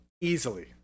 easily